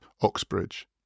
Oxbridge